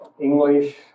English